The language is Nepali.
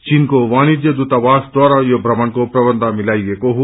चीनको वाणिज्य दूतावास द्वारा यो भ्रमणको प्रवन्ध मिलाइएको हो